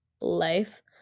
life